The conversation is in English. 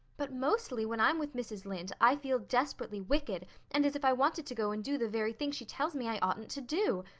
but mostly when i'm with mrs. lynde i feel desperately wicked and as if i wanted to go and do the very thing she tells me i oughtn't to do.